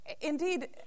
indeed